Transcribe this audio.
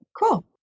Cool